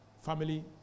family